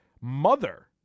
Mother